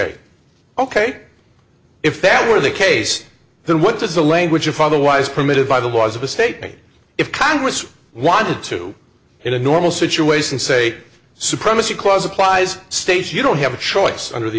ip ok if that were the case then what does the language of otherwise permitted by the laws of a state if congress wanted to in a normal situation say supremacy clause applies states you don't have a choice under the